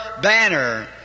banner